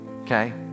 okay